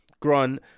Grant